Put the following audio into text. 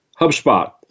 HubSpot